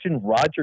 Roger